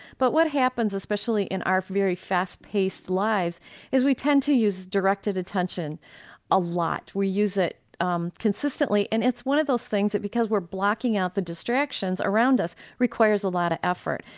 but what happens especially in our very fast paced lives is we tend to use directed attention a lot. we use it um consistently and it's one of those things that because we're blocking out the distractions around us requires a lot of effort.